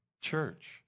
church